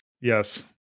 yes